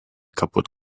kaputt